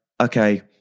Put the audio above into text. okay